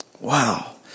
Wow